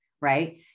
right